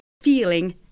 feeling